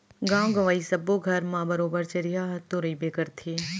गॉंव गँवई सब्बो घर म बरोबर चरिहा ह तो रइबे करथे